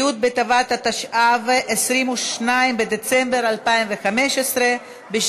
י' בטבת התשע"ו, 22 בדצמבר 2015,